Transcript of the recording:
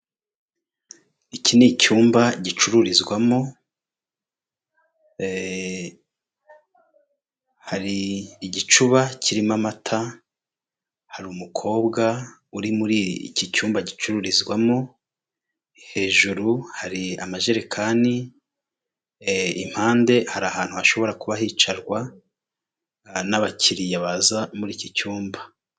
Iki ni icyumba gicururizwamo, hari igicuba kirimo amata, hari umukobwa uri muri iki cyumba gicururizwamo, hejuru hari amajerekani, impande hari ahantu hashobora kuba hicarwa n'abakiriya baza muri iki cyumba.